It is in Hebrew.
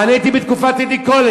אני הייתי בתקופת טדי קולק,